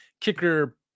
kicker